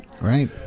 Right